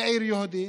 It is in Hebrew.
בעיר יהודית?